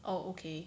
oh okay